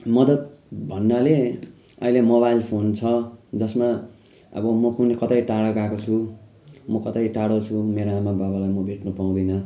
मदत भन्नाले अहिले मोबाइल फोन छ जसमा अब म कुनै कतै टाढा गएको छु म कतै टाढो छु मेरा आमा बाबालाई म भेट्न पाउँदिनँ